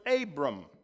Abram